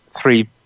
three